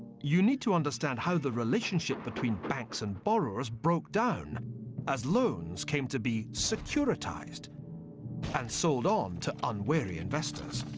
you need to understand how the relationship between banks and borrowers broke down as loans came to be securitised' and sold on to unwary investors.